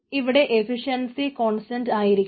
ഇവിടെ efficiency constant ആയിട്ടിരിക്കും